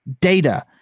data